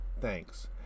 thanks